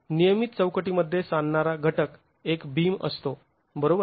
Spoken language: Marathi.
नियमित चौकटीमध्ये सांधणारा घटक एक बीम असतो बरोबर